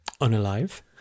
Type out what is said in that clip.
unalive